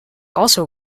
also